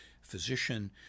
physician